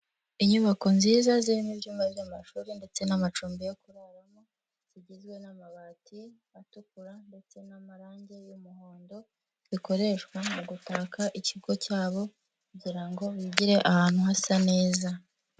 Inyubako nziza zirimo ibyumba by'amashuri ndetse n'amacumbi yo kuraramo, zigizwe n'amabati atukura ndetse n'amarangi y'umuhondo, bikoreshwa mu gutaka ikigo cyabo kugira ngo bigire ahantu hasa neza.